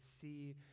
see